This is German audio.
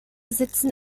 sitzen